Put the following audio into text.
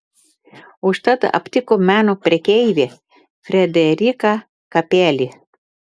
užtat aptiko meno prekeivį frederiką kapelį